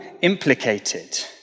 implicated